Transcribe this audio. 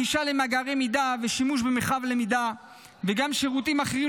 גישה למאגר למידה ושימוש במרחב למידה וגם שירותים אחרים,